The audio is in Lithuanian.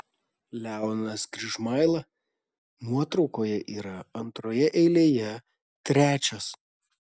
leonas gžimaila nuotraukoje yra antroje eilėje trečias